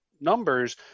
numbers